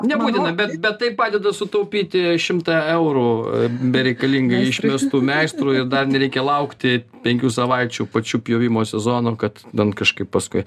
nebūtina bet bet tai padeda sutaupyti šimtą eurų bereikalingai išmestų meistrui ir dar nereikia laukti penkių savaičių pačiu pjovimo sezonu kad ten kažkaip paskui